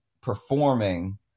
performing